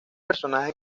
personaje